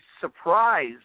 surprise